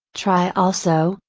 try also,